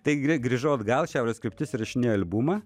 tai greit grįžau atgal šiaurės kryptis įrašinėjo albumą